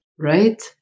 Right